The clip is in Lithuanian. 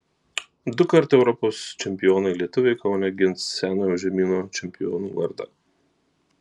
dukart europos čempionai lietuviai kaune gins senojo žemyno čempionų vardą